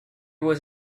was